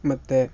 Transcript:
ಮತ್ತು